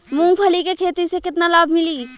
मूँगफली के खेती से केतना लाभ मिली?